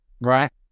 right